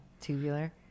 tubular